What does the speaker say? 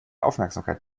aufmerksamkeit